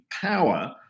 power